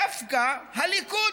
דווקא הליכוד.